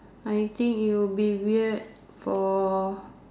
I think it will be weird for